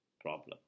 problem